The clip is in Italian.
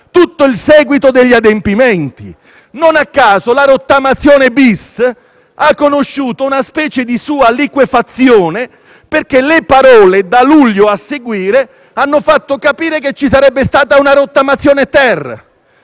tutto il seguito degli adempimenti. Non a caso la rottamazione*-bis* ha conosciuto una sorta di liquefazione, perché le parole «da luglio a seguire» hanno fatto capire che ci sarebbe stata una rottamazione-*ter*.